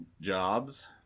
jobs